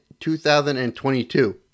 2022